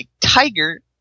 tiger